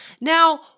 Now